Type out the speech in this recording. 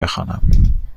بخوانم